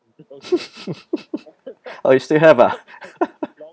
oh you still have ah